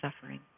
suffering